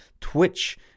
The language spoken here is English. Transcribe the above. Twitch